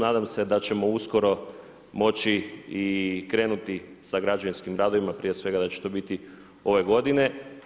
Nadam se da ćemo uskoro moći i krenuti sa građevinskim radovima, prije svega da će to biti ove godine.